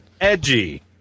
Edgy